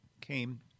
came